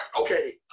Okay